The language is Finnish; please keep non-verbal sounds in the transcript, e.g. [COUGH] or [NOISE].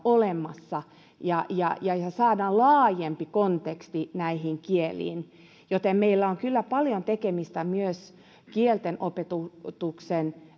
olemassa ja ja saadaan laajempi konteksti näihin kieliin eli meillä on kyllä paljon tekemistä myös kielten opetuksen [UNINTELLIGIBLE]